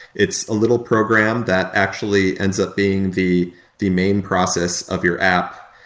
it's a little program that actually ends up being the the main process of your app,